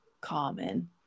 common